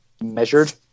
measured